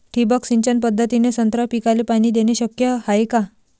ठिबक सिंचन पद्धतीने संत्रा पिकाले पाणी देणे शक्य हाये का?